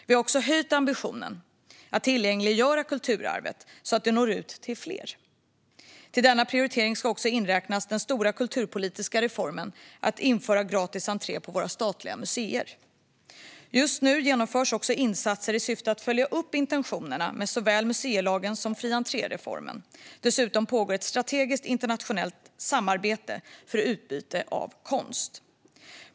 Vi har också höjt ambitionen att tillgängliggöra kulturarvet så att det når ut till fler. Till denna prioritering ska också inräknas den stora kulturpolitiska reformen att införa gratis entré på våra statliga museer. Just nu genomförs också insatser att följa upp intentionerna med såväl museilagen som fri-entré-reformen. Dessutom pågår ett strategiskt internationellt samarbete för utbyte av konst.